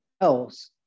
else